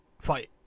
fight